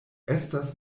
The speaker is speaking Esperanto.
estas